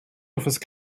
office